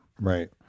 right